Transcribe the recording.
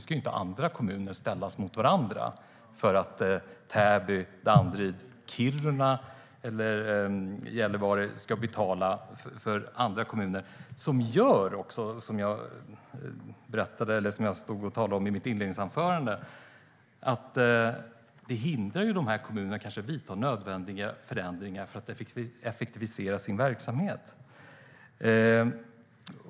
Kommuner ska ju inte ställas mot varandra för att Täby, Danderyd, Kiruna eller Gällivare ska betala till andra kommuner. Som jag sa i mitt inledningsanförande hindrar det dessa kommuner att vidta nödvändiga förändringar för att effektivisera sin verksamhet.